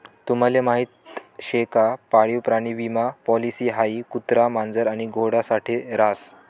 तुम्हले माहीत शे का पाळीव प्राणी विमा पॉलिसी हाई कुत्रा, मांजर आणि घोडा साठे रास